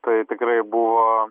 tai tikrai buvo